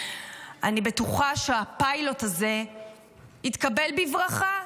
אני מקווה שהפיילוט הזה יתקבל בברכה.